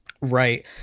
Right